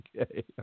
Okay